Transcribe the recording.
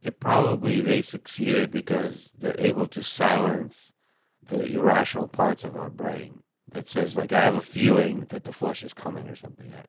probably, they succeeded because they're able to silence the irrational parts of our brain that says, like i have a feeling that the flush is coming or something.